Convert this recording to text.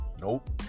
Nope